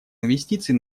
инвестиций